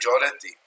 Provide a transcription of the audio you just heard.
majority